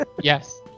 Yes